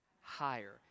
higher